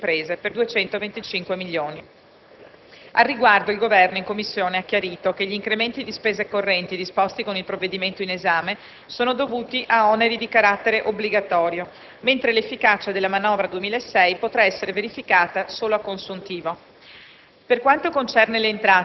aumentano invece i contributi alle imprese, per 225 milioni. Al riguardo il Governo in Commissione ha chiarito che gli incrementi di spese correnti disposti con il provvedimento in esame sono dovuti a oneri di carattere obbligatorio, mentre l'efficacia della manovra 2006 potrà essere verificata solo a consuntivo.